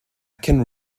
can